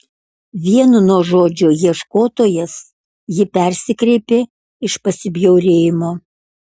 vien nuo žodžio ieškotojas ji persikreipė iš pasibjaurėjimo